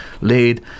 laid